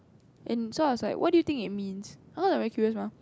and so I was like what do you think it means very curious mah